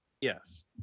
Yes